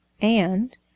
And—